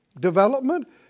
development